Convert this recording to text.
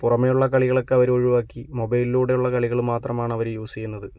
പുറമേയുള്ള കളികളൊക്കെ അവരൊഴിവാക്കി മൊബൈലിലൂടെയുള്ള കളികൾ മാത്രമാണ് അവര് യൂസ് ചെയ്യുന്നത്